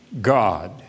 God